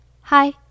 hi